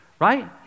right